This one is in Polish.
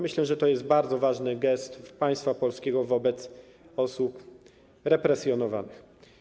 Myślę, że jest to bardzo ważny gest państwa polskiego wobec osób represjonowanych.